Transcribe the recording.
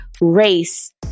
race